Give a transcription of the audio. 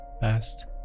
best